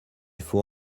faut